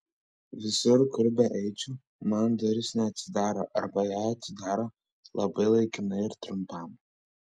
visur kur beeičiau man durys neatsidaro arba jei atsidaro labai laikinai ir trumpam